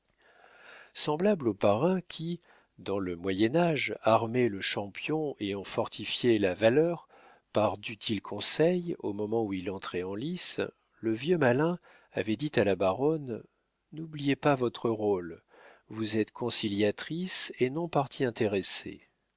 semblable au parrain qui dans le moyen âge armait le champion et en fortifiait la valeur par d'utiles conseils au moment où il entrait en lice le vieux malin avait dit à la baronne n'oubliez pas votre rôle vous êtes conciliatrice et non partie intéressée